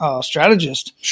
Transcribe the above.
strategist